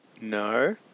no